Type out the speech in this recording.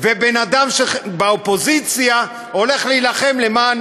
בן-אדם באופוזיציה הולך להילחם למען